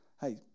hey